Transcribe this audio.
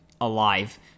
alive